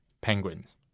penguins